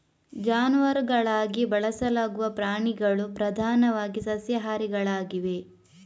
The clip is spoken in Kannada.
ಜಾನುವಾರುಗಳಾಗಿ ಬಳಸಲಾಗುವ ಪ್ರಾಣಿಗಳು ಪ್ರಧಾನವಾಗಿ ಸಸ್ಯಾಹಾರಿಗಳಾಗಿವೆ